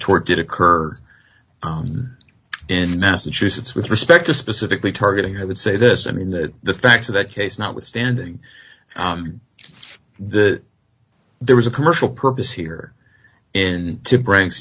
tort did occur in massachusetts with respect to specifically targeting i would say this i mean that the facts are that case not withstanding that there was a commercial purpose here in t